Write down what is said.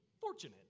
Fortunate